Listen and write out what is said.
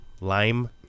lime